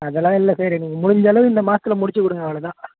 அதெல்லாம் இல்லை சார் எங்களுக்கு முடிஞ்சளவு இந்த மாதத்துல முடித்துக் கொடுங்க அவ்வளோதான்